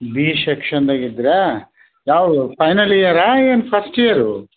B ಶೆಕ್ಷನ್ದಾಗೆ ಇದ್ರಾ ಯಾವುದು ಫೈನಲ್ ಇಯರಾ ಏನು ಫಸ್ಟ್ ಇಯರು